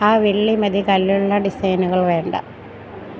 ആ വെള്ളി മതി കല്ലുള്ള ഡിസൈനുകൾ വേണ്ട